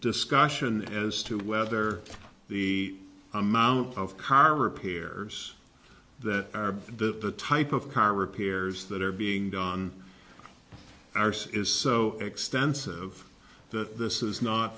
discussion as to whether the amount of car repairs that the type of car repairs that are being done arce is so extensive that this is not